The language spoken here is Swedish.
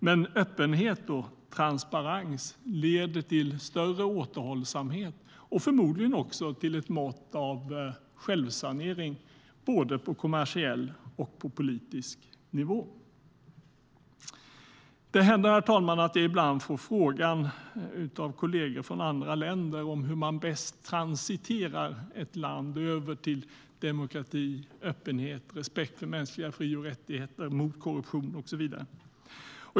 Men öppenhet och transparens leder till större återhållsamhet och förmodligen också till ett mått av självsanering på både kommersiell och politisk nivå. Herr talman! Det händer att jag ibland får frågan av kollegor från andra länder hur man bäst transiterar ett land över till demokrati, öppenhet, respekt för mänskliga fri och rättigheter, mot korruption och så vidare.